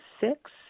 six